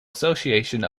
association